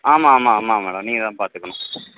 ஆமாம் ஆமாம் ஆமாம் மேடம் நீங்கள்தான் பார்த்துக்கணும்